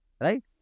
right